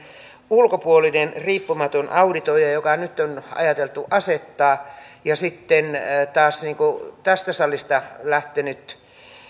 ulkopuolinen riippumaton auditoija joka nyt on ajateltu asettaa ja sitten taas tästä salista lähtenyt